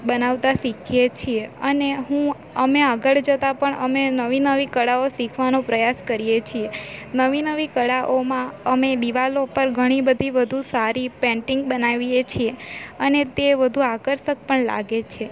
બનાવતા શીખીએ છીએ અને હું અમે આગળ જતા પણ અમે નવી નવી કળાઓ શીખવાનો પ્રયાસ કરીએ છીએ નવી નવી કળાઓમાં અમે દિવાલો ઉપર ઘણી બધી વધુ સારી પેન્ટિંગ બનાવીએ છીએ અને તે વધુ આકર્ષક પણ લાગે છે